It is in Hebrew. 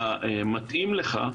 שמתאים לך,